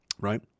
Right